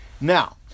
Now